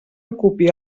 ocupi